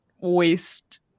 waste